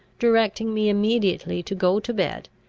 directing me immediately to go to bed,